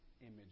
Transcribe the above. Image